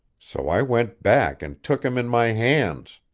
so i went back and took him in my hands.